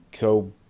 go